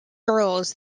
girls